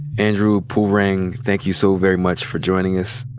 andrew pulrang, thank you so very much for joining us.